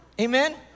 Amen